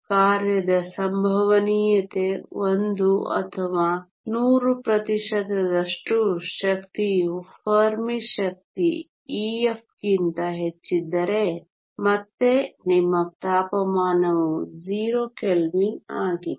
ಕಾರ್ಯದ ಸಂಭವನೀಯತೆ 1 ಅಥವಾ 100 ಪ್ರತಿಶತದಷ್ಟು ಶಕ್ತಿಯು ಫೆರ್ಮಿ ಶಕ್ತಿ Ef ಗಿಂತ ಹೆಚ್ಚಿದ್ದರೆ ಮತ್ತೆ ನಿಮ್ಮ ತಾಪಮಾನವು 0 ಕೆಲ್ವಿನ್ ಆಗಿದೆ